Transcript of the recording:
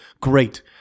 great